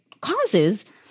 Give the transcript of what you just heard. causes